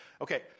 Okay